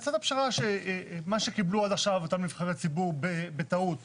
הצעת הפשרה הייתה שמה שקיבלו עד עכשיו אותם נבחרי ציבור בטעות קיבלו,